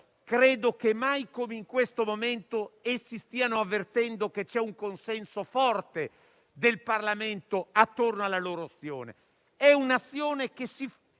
credo che mai come in questo momento essi stiano avvertendo che c'è un consenso forte del Parlamento attorno alla loro azione, che viene